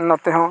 ᱱᱚᱛᱮ ᱦᱚᱸ